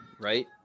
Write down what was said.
right